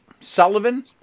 Sullivan